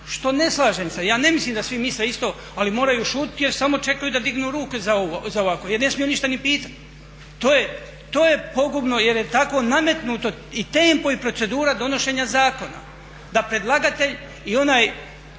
se ne slažem, ja ne mislim da svi misle isto ali moraju šutjeti jer samo čekaju da dignu ruku za ovo jer ne smiju ništa ni pitati. To je pogubno jer je tako nametnuto i tempo i procedura donošenja zakona da predlagatelj i onaj